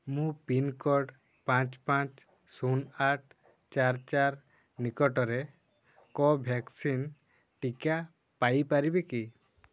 ମୁଁ ପିନ୍କୋଡ଼୍ ପାଞ୍ଚ ପାଞ୍ଚ ଶୂନ ଆଠ ଚାର ଚାର ନିକଟରେ କୋଭ୍ୟାକ୍ସିନ୍ ଟିକା ପାଇ ପାରିବି କି